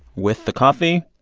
with the coffee.